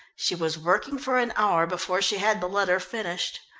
she was working for an hour before she had the letter finished.